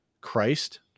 Christ